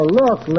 look